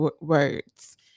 words